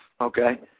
Okay